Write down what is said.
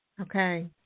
Okay